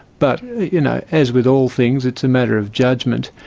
but you know as with all things it's a matter of judgement.